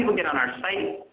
um um get on our site?